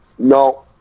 No